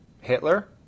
Hitler